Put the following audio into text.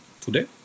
today